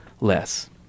less